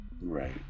right